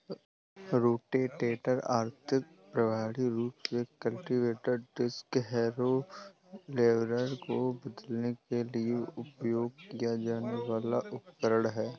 rotator आर्थिक, प्रभावी रूप से कल्टीवेटर, डिस्क हैरो, लेवलर को बदलने के लिए उपयोग किया जाने वाला उपकरण है